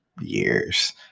years